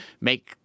make